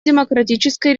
демократической